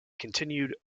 continued